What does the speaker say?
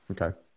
Okay